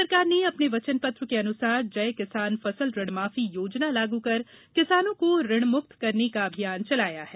राज्य सरकार ने अपने वचन पत्र के अनुसार जय किसान फसल ऋण माफी योजना लागू कर किसानों को ऋणमुक्त करने का अभियान चलाया है